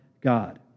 God